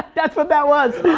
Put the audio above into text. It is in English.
that's what that was.